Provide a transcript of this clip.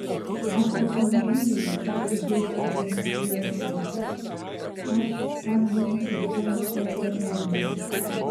aš automobilyje išdidžiai sako mesjė reno aš skambinu iš savo automobilio